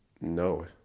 no